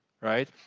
right